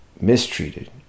mistreated